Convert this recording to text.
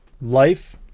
Life